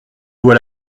dois